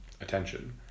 attention